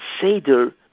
Seder